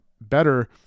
better